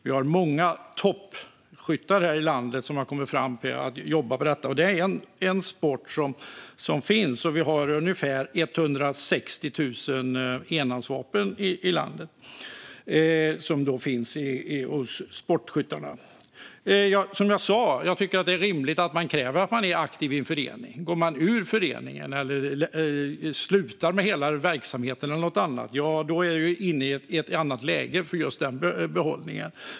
Vi har många toppskyttar här i landet som har kommit fram inom sportskyttet. Det är ungefär 160 000 enhandsvapen i landet som finns hos sportskyttarna. Som jag sa tycker jag att det är rimligt att kräva att man är aktiv i en förening. Om man går ur föreningen eller slutar med verksamheten är det ju ett annat läge.